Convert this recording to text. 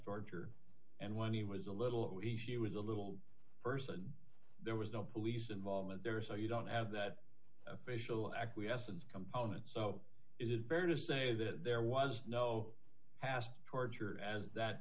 barger and when he was a little he she was a little person there was no police involvement there so you don't have that official acquiescence component so is it fair to say that there was no past torture as that